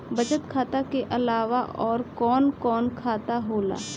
बचत खाता कि अलावा और कौन कौन सा खाता होला?